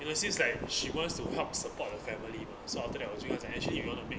there's this like she wants to help support the family mah so after that 我就要讲 actually if you want to make